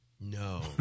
No